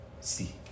See